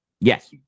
Yes